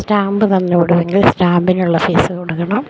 stamp തന്നുവിടുമെങ്കിൽ സ്റ്റാമ്പിനുള്ള fees കൊടുക്കണം